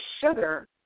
sugar